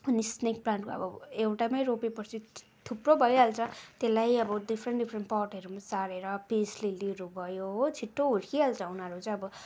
अनि स्नेक प्लान्टको अब एउटामा रोपे पछि थुप्रो भइहाल्छ त्यसलाई अब डिफ्रेन्ट डिफ्रेन्ट पटहरूमा सारेर पेस लिल्लीहरू भयो हो छिटो हुर्किहाल्छ उनीहरू चाहिँ अब